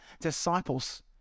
disciples